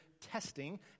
testing